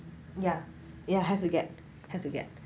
ya ya have to get have to get